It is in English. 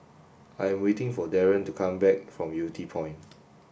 I'm waiting for Darin to come back from Yew Tee Point